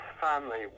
family